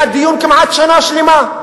היה בו דיון כמעט שנה שלמה.